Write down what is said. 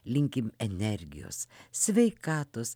linkim energijos sveikatos